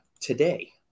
today